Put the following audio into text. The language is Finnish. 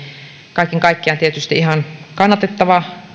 kaiken kaikkiaan tämä on tietysti ihan kannatettava